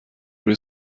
روی